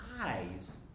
eyes